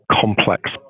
complex